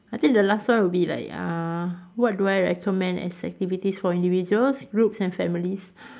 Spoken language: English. I think the last one would be like uh what do I recommend as activities for individuals groups and families